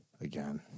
again